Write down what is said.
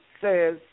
says